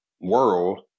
world